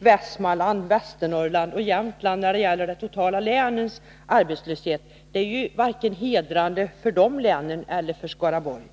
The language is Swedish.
Västmanlands, Västernorrlands och Jämtlands län att jämföra oss med när det gäller länens totala arbetslöshet är inte hedrande vare sig för de länen eller för Skaraborgs län.